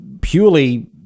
purely